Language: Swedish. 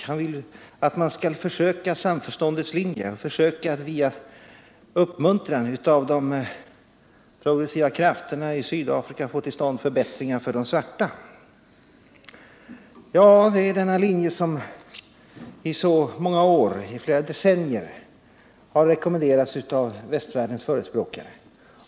Han vill att man skall försöka samförståndets linje, försöka att via uppmuntran av de progressiva krafterna i Sydafrika få till stånd förbättringar för de svarta. Ja, det är den linje som under så många år, under flera decennier har rekommenderats av västvärldens förespråkare.